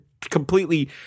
completely